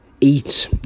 eat